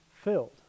filled